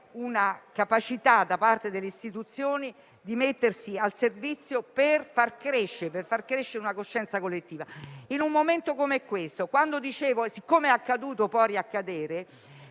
una capacità, da parte delle istituzioni, di mettersi al servizio per far crescere una coscienza collettiva in un momento come quello attuale. Prima dicevo: siccome è accaduto, può riaccadere.